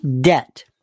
debt